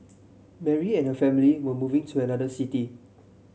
Mary and her family were moving to another city